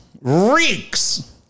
reeks